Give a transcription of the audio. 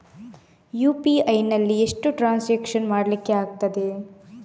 UPI ನಲ್ಲಿ ಎಷ್ಟು transaction ಮಾಡ್ಲಿಕ್ಕೆ ಆಗ್ತದೆ?